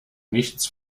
nichts